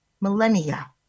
millennia